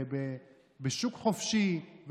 בשוק חופשי,